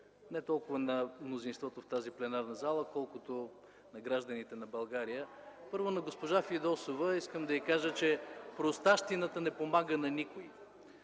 не толкова на мнозинството в тази пленарна зала, колкото на гражданите на България. (Реплики от ГЕРБ.) Първо, на госпожа Фидосова искам да кажа, че простащината не помага на никой,